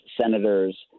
senators